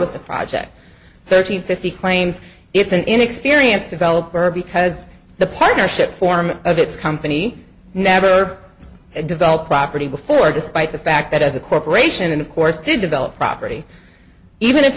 the project thirty fifty claims it's an inexperienced developer because the partnership form of it's company never developed property before despite the fact that as a corporation and of course did develop property even if